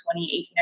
2018